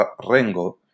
Rengo